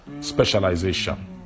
specialization